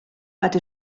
but